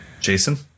Jason